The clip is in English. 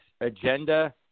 agenda